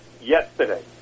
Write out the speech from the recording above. yesterday